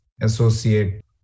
associate